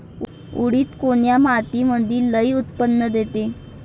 उडीद कोन्या मातीमंदी लई उत्पन्न देते?